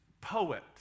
poet